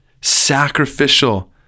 sacrificial